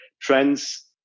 trends